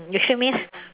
you treat me ah